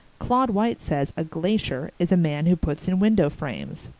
claude white says a glacier is a man who puts in window frames!